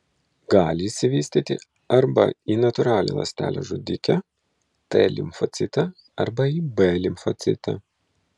gali išsivystyti arba į natūralią ląstelę žudikę t limfocitą arba į b limfocitą